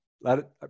let